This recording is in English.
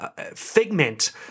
figment